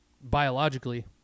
biologically